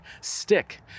stick